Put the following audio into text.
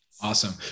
Awesome